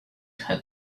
had